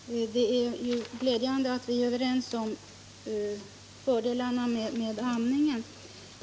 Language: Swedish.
Herr talman! Det är glädjande att vi är överens om fördelarna med amningen.